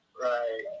Right